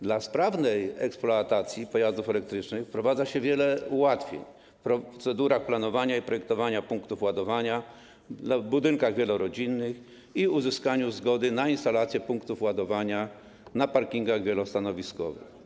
Dla sprawnej eksploatacji pojazdów elektrycznych wprowadza się wiele ułatwień w procedurach planowania i projektowania punktów ładowania w budynkach wielorodzinnych i w uzyskiwaniu zgody na instalacje punktów ładowania na parkingach wielostanowiskowych.